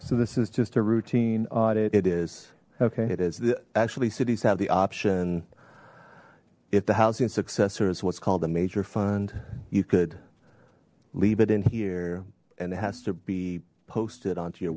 so this is just a routine audit it is okay it is the actually cities have the option if the housing successor is what's called a major fund you could leave it in here and it has to be posted on to your